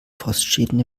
frostschäden